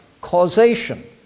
causation